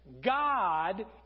God